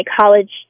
college